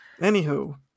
anywho